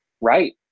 Right